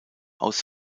aus